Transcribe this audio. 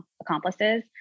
Accomplices